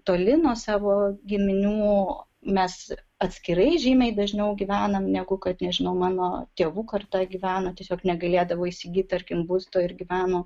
toli nuo savo giminių mes atskirai žymiai dažniau gyvenam negu kad nežino mano tėvų karta gyveno tiesiog negalėdavo įsigyt tarkim būsto ir gyveno